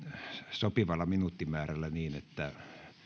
sopivalla minuuttimäärällä niin että